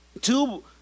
Two